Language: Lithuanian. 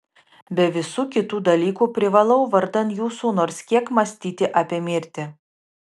be visų kitų dalykų privalau vardan jūsų nors kiek mąstyti apie mirtį